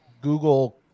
google